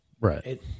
Right